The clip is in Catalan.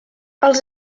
els